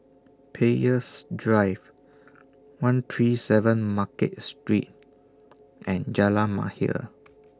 Peirce Drive one three seven Market Street and Jalan Mahir